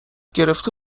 گرفته